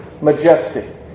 majestic